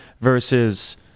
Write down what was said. versus